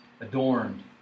adorned